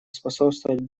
способствовать